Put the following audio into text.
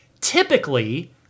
typically